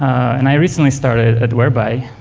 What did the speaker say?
and i recently started at whereby,